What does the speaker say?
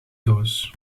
doos